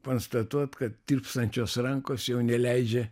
konstatuot kad tirpstančios rankos jau neleidžia